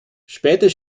später